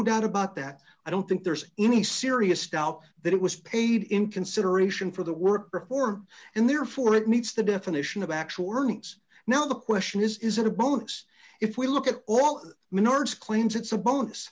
doubt about that i don't think there's any serious doubt that it was paid in consideration for the word reform and therefore it meets the definition of actual earnings now the question is is it a bonus if we look at all menards claims it's a bonus